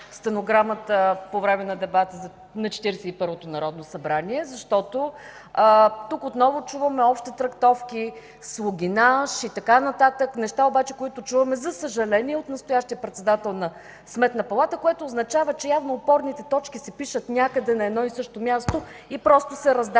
по време на дебати на Четиридесет и първото народно събрание, защото тук отново чуваме общи трактовки, слугинаж и така нататък. Неща, които чуваме, за съжаление, от настоящия председател на Сметната палата, което означава, че явно опорните точки се пишат някъде на едно и също място и просто се раздават